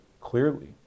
clearly